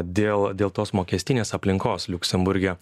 dėl dėl tos mokestinės aplinkos liuksemburge